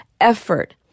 effort